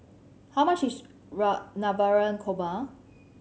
how much Navratan Korma